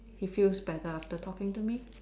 he feels better after talking to me